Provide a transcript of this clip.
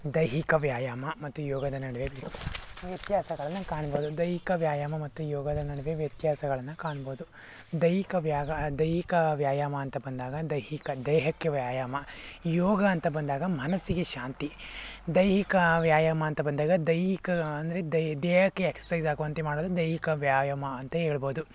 ದೈಹಿಕ ವ್ಯಾಯಾಮ ಮತ್ತು ಯೋಗದ ನಡುವೆ ವ್ಯತ್ಯಾಸಗಳನ್ನು ಕಾಣ್ಬೋದು ದೈಹಿಕ ವ್ಯಾಯಾಮ ಮತ್ತು ಯೋಗದ ನಡುವೆ ವ್ಯತ್ಯಾಸಗಳನ್ನು ಕಾಣ್ಬೋದು ದೈಹಿಕ ವ್ಯಾಯ ದೈಹಿಕ ವ್ಯಾಯಾಮ ಅಂತ ಬಂದಾಗ ದೈಹಿಕ ದೇಹಕ್ಕೆ ವ್ಯಾಯಾಮ ಯೋಗ ಅಂತ ಬಂದಾಗ ಮನಸ್ಸಿಗೆ ಶಾಂತಿ ದೈಹಿಕ ವ್ಯಾಯಾಮ ಅಂತ ಬಂದಾಗ ದೈಹಿಕ ಅಂದರೆ ದೇಹಕ್ಕೆ ಎಕ್ಸರ್ಸೈಸಾಗುವಂತೆ ಮಾಡೋದು ದೈಹಿಕ ವ್ಯಾಯಾಮ ಅಂತ ಹೇಳ್ಬೋದು